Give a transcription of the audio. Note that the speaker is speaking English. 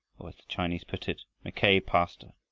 or as the chinese put it, mackay pastor,